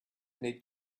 need